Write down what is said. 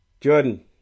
Jordan